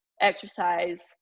exercise